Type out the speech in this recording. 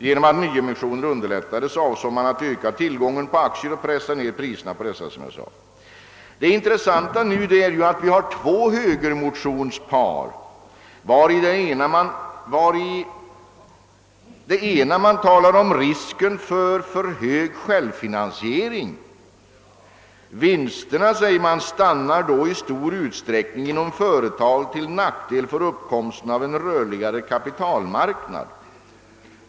Genom att nyemissioner underlättades avsåg man att öka tillgången på aktier och pressa ned priserna på dessa. Det intressanta är nu att vi har två par av motioner från de moderata. I det ena motionsparet talas det om risken för en alltför hög självfinansiering. Vinsterna, säger man, stannar i stor utsträckning inom företag, till nackdel för uppkomsten av en rörligare kapitalmarknad.